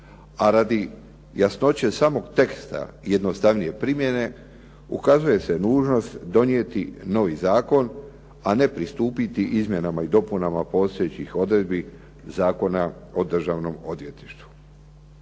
a radi jasnoće samog teksta jednostavnije primjene ukazuje se nužnost donijeti novi zakon a ne pristupiti izmjenama i dopunama postojećih odredbi Zakona o državnom odvjetništvu.